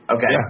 Okay